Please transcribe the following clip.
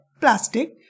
plastic